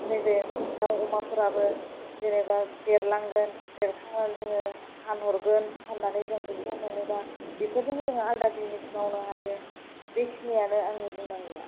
नैबे दाउ अमाफोराबो जेनेबा देरलांगोन देरखांनानै जोङो फानहरगोन फाननानै जों फैसा मोनोब्ला बेफोरजोंनो जों आलादा बिजिनेस मावनो हायो बेखिनियानो आंनि बुंनांगौआ